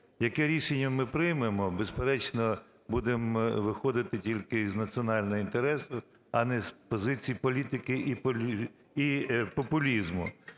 Яке рішення ми приймемо, безперечно, будемо виходити тільки із національного інтересу, а не з позиції політики і популізму.